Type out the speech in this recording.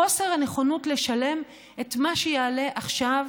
חוסר נכונות לשלם את מה שיעלה עכשיו